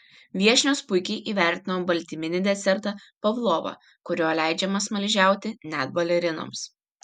viešnios puikiai įvertino baltyminį desertą pavlovą kuriuo leidžiama smaližiauti net balerinoms